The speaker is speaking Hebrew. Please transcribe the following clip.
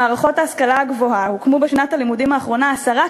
במערכות ההשכלה הגבוהה הוקמו בשנת הלימודים האחרונה עשרה